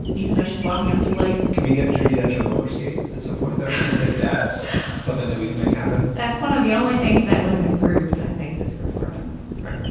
even though she's walking on two legs can we get judi dench on roller skates at some point? i think that's something that we can make happen that's one of the only things that would have improved i think this performance right